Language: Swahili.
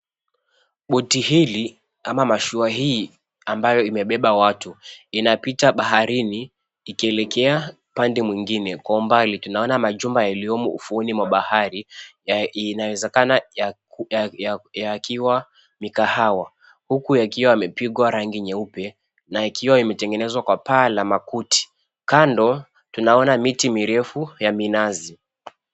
Boti hili ama mashua hii ambayo imebeba watu inapita baharini ikielekea pande mwingine. Kwa umbali tunaona majumba yaliyomo ufuoni mwa bahari inawezekana yakiwa mikahawa, huku yakiwa yamepigwa rangi nyeupe na ikiwa imeengenezwa kwa paa la makuti. Kando tunaona miti mirefu ya minazi.